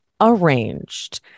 arranged